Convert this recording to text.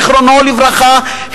זיכרונו לברכה,